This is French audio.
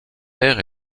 père